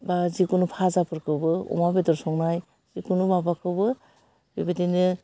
बा जिखुनु फाजाफोरखौबो अमा बेदर संनाय जिखुनु माबाखौबो बेबायदिनो